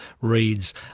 reads